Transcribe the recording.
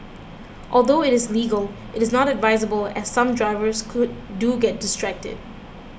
although it is legal is not advisable as some drivers could do get distracted